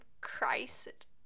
Christ